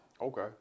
okay